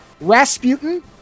Rasputin